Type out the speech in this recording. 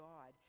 God